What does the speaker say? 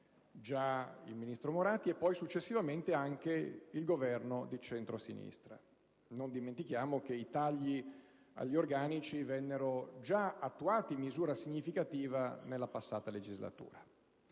il ministro Moratti e poi, successivamente, anche il Governo di centrosinistra. Non dimentichiamo che i tagli agli organici vennero già attuati in misura significativa nella passata legislatura.